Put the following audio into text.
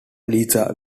liza